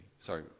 Sorry